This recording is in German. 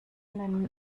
nennen